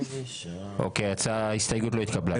אוקיי, ההסתייגות לא התקבלה.